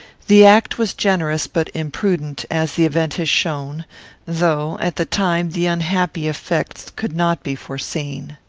the act was generous but imprudent, as the event has shown though, at the time, the unhappy effects could not be foreseen.